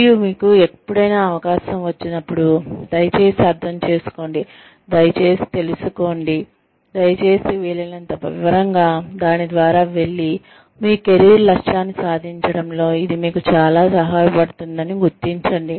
మరియు మీకు ఎప్పుడైనా అవకాశం వచ్చినప్పుడు దయచేసి అర్థం చేసుకోండి దయచేసి తెలుసుకోండి దయచేసి వీలైనంత వివరంగా దాని ద్వారా వెళ్లి మీ కెరీర్ లక్ష్యాన్ని సాధించడంలో ఇది మీకు ఎలా సహాయపడుతుందో గుర్తించండి